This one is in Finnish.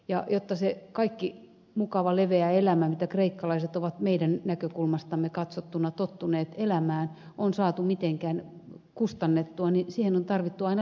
ja jotta se kaikki mukava leveä elämä mitä kreikkalaiset ovat meidän näkökulmastamme katsottuna tottuneet elämään on saatu mitenkään kustannettua on tarvittu aina lisälainaa